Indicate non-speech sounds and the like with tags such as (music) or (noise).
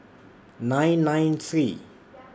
nine nine three (noise)